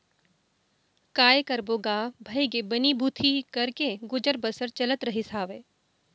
काय करबो गा भइगे बनी भूथी करके गुजर बसर चलत रहिस हावय